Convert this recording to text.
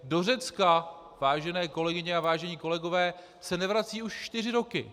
Do Řecka vážené kolegyně a vážení kolegové se nevrací už čtyři roky!